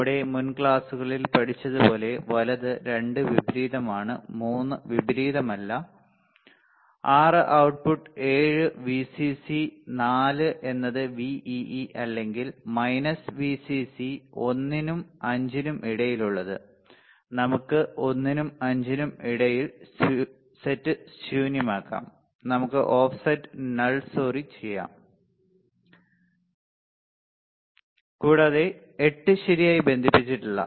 നമ്മുടെ മുൻ ക്ലാസുകളിൽ പഠിച്ചതുപോലെ വലത് 2 വിപരീതമാണ് 3 വിപരീതമല്ല 6 output 7 Vcc 4 എന്നത് Vee അല്ലെങ്കിൽ Vcc 1 നും 5 നും ഇടയിലുള്ളത് നമുക്ക് 1 നും 5 നും ഇടയിൽ സെറ്റ് ശൂന്യമാക്കാം നമുക്ക് ഓഫ് സെറ്റ് നൾ സോറി ചെയ്യാം കൂടാതെ 8 ശരിയായി ബന്ധിപ്പിച്ചിട്ടില്ല